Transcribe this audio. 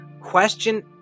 Question